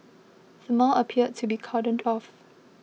the mall appeared to be cordoned off